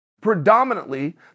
Predominantly